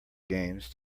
games